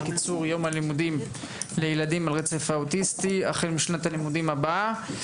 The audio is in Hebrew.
קיצור יום הלימודים לילדים על הרצף האוטיסטי החל משנת הלימודים הבאה.